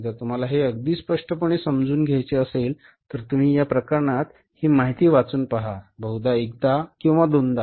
जर तुम्हाला हे अगदी स्पष्टपणे समजून घ्यायचे असेल तर तुम्ही या प्रकरणात ही माहिती वाचून पहा बहुधा एकदा किंवा दोनदा